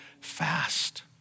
fast